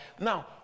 Now